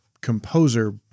composer